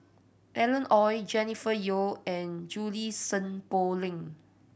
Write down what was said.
Alan Oei Jennifer Yeo and Junie Sng Poh Leng